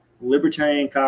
Libertarian